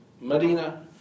Medina